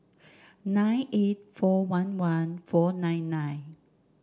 nine eight four one one four nine nine